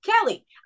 Kelly